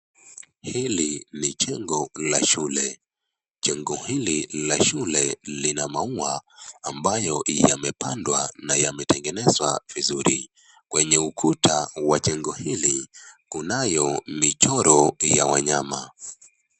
Hili ni jengo la shule. Jengo hili la shule lina maua ambayo yamepandwa na yametengenezwa vizuri. Kwenye ukuta wa jengo hili kunayo michoro ya wanyama.